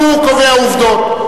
הוא קובע עובדות.